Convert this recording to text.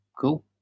Cool